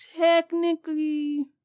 technically